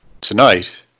tonight